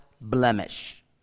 blemish